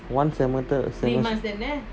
one semester